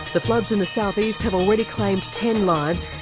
the floods in the south-east have already claimed ten lives.